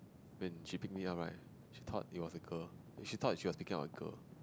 when she pick me up right she thought it was a girl she thought she was picking up a girl